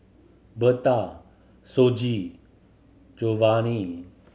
Bertha Shoji Jovanni